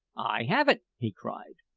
i have it! he cried.